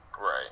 Right